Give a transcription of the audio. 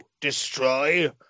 destroy